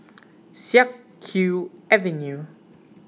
Siak Kew Avenue